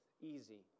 easy